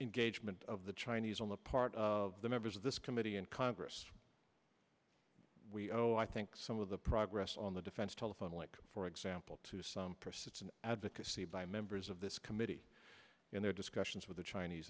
engagement of the chinese on the part of the members of this committee in congress we owe i think some of the progress on the defense telephone for example to advocacy by members of this committee in their discussions with the chinese